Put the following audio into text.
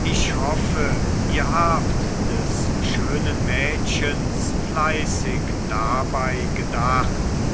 ich hoffe ihr habt des schönen mädchens fleißig dabei gedacht